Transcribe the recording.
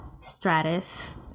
Stratus